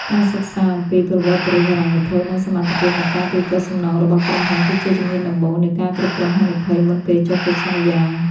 ការសិក្សាអំពី ប្រវត្តិរូបហិរញ្ញវត្ថុ និងសមត្ថភាពនៃការទូទាត់សំណងរបស់ក្រុមហ៊ុន គឺជាជំហានដំបូងនៃ ការគ្រប់គ្រងហានិភ័យ មុនពេលចុះកិច្ចសន្យា។